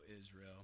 Israel